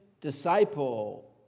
disciple